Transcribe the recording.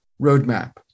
roadmap